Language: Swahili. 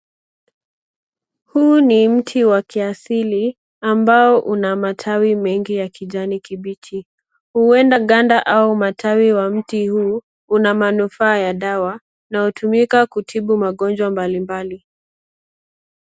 Huu ni mti wa kiasili ambao una matawi mengi ya kijani kibichi. Huenda ganda au matawi wa mti huu una manufaa ya dawa na hutumika kutibu magonjwa mbalimbali.